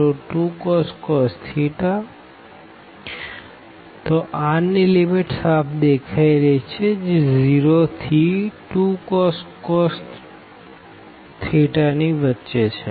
તો r ની limit સાફ દેખાઈ છે જે 0 થી 2cos ની વચ્ચે છે